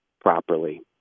properly